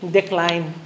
Decline